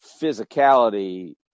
physicality